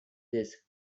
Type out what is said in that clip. this